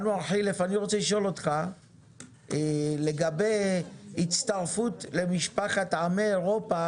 אני רוצה לשאול אותך לגבי הצטרפות למשפחת עמי אירופה